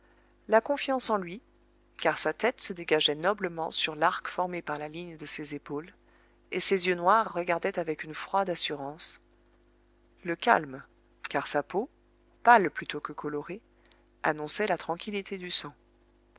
la confiance en lui car sa tête se dégageait noblement sur l'arc formé par la ligne de ses épaules et ses yeux noirs regardaient avec une froide assurance le calme car sa peau pâle plutôt que colorée annonçait la tranquillité du sang